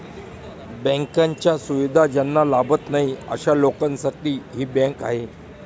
बँकांच्या सुविधा ज्यांना लाभत नाही अशा लोकांसाठी ही बँक आहे